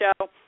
show